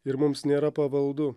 ir mums nėra pavaldu